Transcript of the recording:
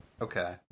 Okay